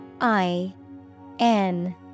I-N